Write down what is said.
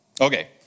Okay